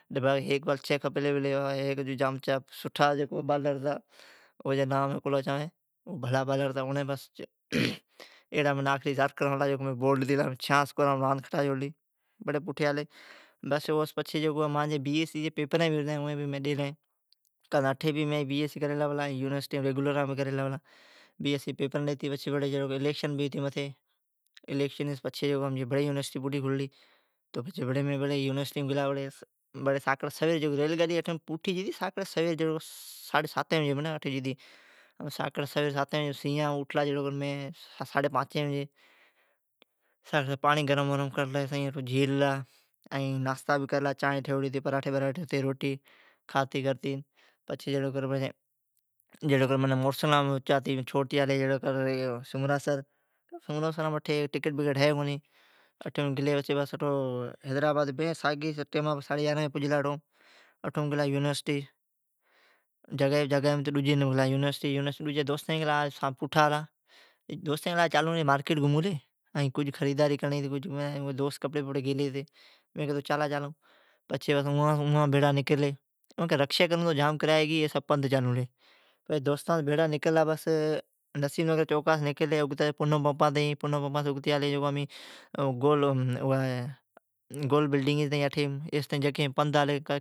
نبھاگی ھیک با چھ کھپیلی پلی۔ امچا جکو سٹھا بالر ھتا او جی مین ناء کویلا اچاوین بھلا بالر ھتا۔ اوڑین منین ھیک آخری یارکر ھڑلا جکو مین بولڈ ھتی گلا، چھیان اسکورام راند کھٹا چھوڑلی۔ بس او سون پچھی مانجی بی ای سی جین پیپرین آلین ائین یونیسٹیم مین ریگیولرام کری لا پلا۔ پیپرین ڈیتی الیکشنیس پچھی بڑی امچی یونیسٹی پوٹھی کھللی۔ ریلگاڈی جتی ساکڑی سوی اٹھیم نکری چھی۔ مین جھڑوکر ساکڑی سویر اسرا جی پانچی بجی اوٹھلا سیاڑیم پاڑین گرم کرلی جھیللا۔ پراٹھی روٹی ڈجی کھالی پچھی منین سومراسرام چھوڑتی آلی۔ اٹھی ٹکیٹ بکیٹ ہے کونی۔ یارھن بجی گلا جگائیم، ائین کیلی آج تو سویرا آلا۔ دوستین کیلی آج چالون لی خریداری ڈجی کرون لی۔ اوین کیلی رکشی کرلی تو جھام کرایا گئی ایسون آپون پند چالون لی۔ دوستان بھڑی نکرلی نسیم نگراس اگتی پونم پمپا تائین اوسو اگتی گول بلڈنگ ہے ایس تائین امین پند آلی۔